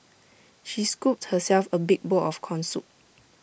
she scooped herself A big bowl of Corn Soup